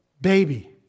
baby